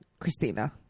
Christina